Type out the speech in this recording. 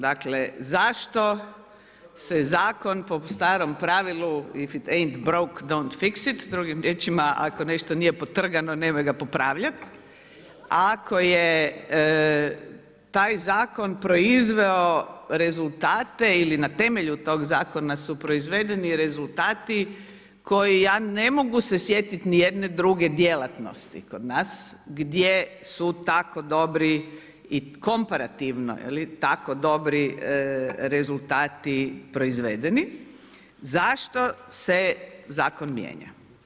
Dakle zašto se zakon po starom pravilu „If it ain't broke, dont' fix it“ drugim riječima ako nešto nije potrgano nemoj ga popravljat, ako je taj zakon proizveo rezultate ili na temelju tog zakona su proizvedeni rezultata i koji ja ne mogu se sjetiti nijedne druge djelatnosti kod nas gdje su tako dobro i komparativno, tako dobri rezultati proizvedeni, zašto se zakon mijenja.